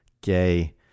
gay